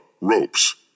ropes